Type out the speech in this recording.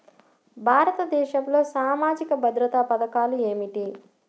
భారతదేశంలో సామాజిక భద్రతా పథకాలు ఏమిటీ?